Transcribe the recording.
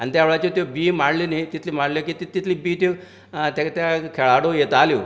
आनी त्या वेळाचेर त्यो बियो मांडल्यो न्ही तितल्यो मांडल्यो की ती तितली बियो त्यो तेका त्या खेळाडू येताल्यो